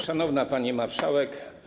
Szanowna Pani Marszałek!